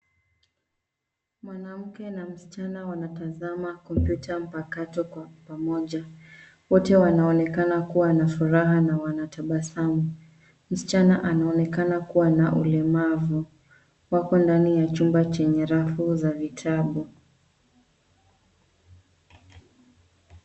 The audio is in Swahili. Mwanamke na msichana wanatazama kompyuta mpakato kwa pamoja. Wote wanaonekana kuwa na furaha na wanatabasamu. Msichana anaonekana kuwa na ulemavu. Wako ndani ya chumba chenye rafu za vitabu.